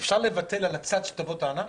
אפשר לבטל על הצד שתבוא טענה?